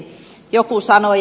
joku sanoi